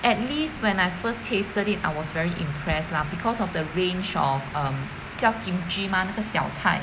at least when I first tasted it I was very impressed lah because of the range of um 叫 kimchi mah 那个小菜